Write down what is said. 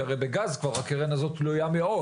כי הרי בגז הקרן הזה כבר תלויה מאוד,